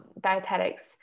dietetics